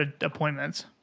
appointments